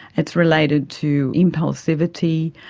it's related to impulsivity,